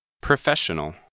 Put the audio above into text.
Professional